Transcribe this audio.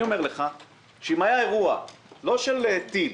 אני אומר לך שאם רק היה אירוע, לא של טיל,